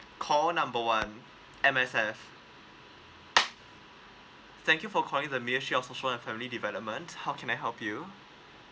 call number one M_S_F thank you for calling the ministry of social and family fevelopment how can I help you